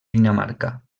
dinamarca